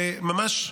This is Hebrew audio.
וממש,